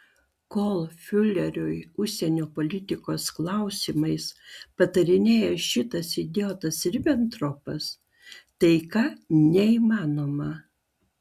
kol fiureriui užsienio politikos klausimais patarinėja šitas idiotas ribentropas taika neįmanoma